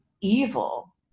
evil